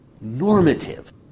normative